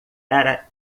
era